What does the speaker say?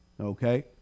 okay